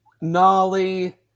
Nolly